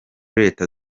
leta